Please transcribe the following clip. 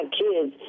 kids